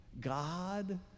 God